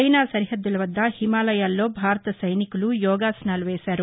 China సరిహద్దుల వద్ద హిమాలయాల్లో భారత సైనికులు యోగాసనాలు వేశారు